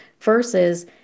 versus